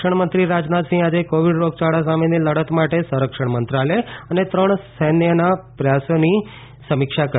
સંરક્ષણ મંત્રી રાજનાથસિંહે આજે કોવિડ રોગયાળા સામેની લડત માટે સંરક્ષણ મંત્રાલય અને ત્રણ સૈન્યના પ્રયાસોની સમીક્ષા કરી